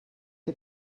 que